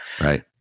Right